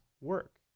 work